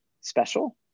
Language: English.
special